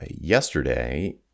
yesterday